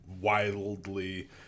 wildly